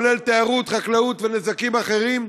כולל תיירות, חקלאות ונזקים אחרים,